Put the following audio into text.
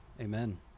amen